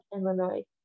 illinois